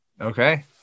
Okay